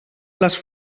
les